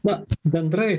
na bendrai